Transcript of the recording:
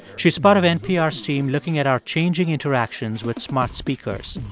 she's part of npr's team looking at our changing interactions with smart speakers.